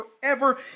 forever